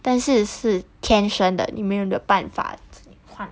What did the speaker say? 但是是天生的你没有的办法换